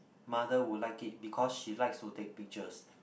mother would like it because she likes to take pictures